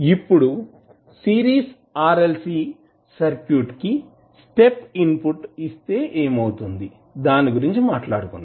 ఇప్పుడు series RLC circuit కి step input ఇస్తే ఏమవుతుంది దాని గురించి మాట్లాడుకుందాం